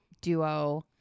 duo